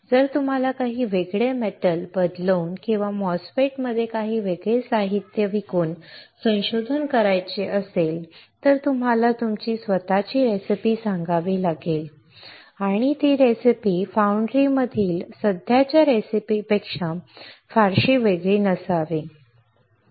जर तुम्हाला काही वेगळे धातू बदलून किंवा MOSFET मध्ये काही वेगळे साहित्य विकून संशोधन करायचे असेल तर तुम्हाला तुमची स्वतःची रेसिपी सांगावी लागेल आणि ती रेसिपी फाउंड्री मधील सध्याच्या रेसिपीपेक्षा फारशी वेगळी नसावी